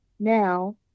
now